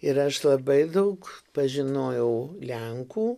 ir aš labai daug pažinojau lenkų